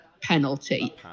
penalty